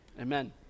Amen